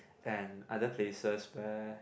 and other places where